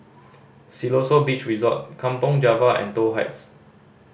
Siloso Beach Resort Kampong Java and Toh Heights